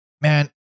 man